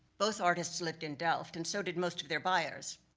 both artists lived in delft, and so did most of their buyers.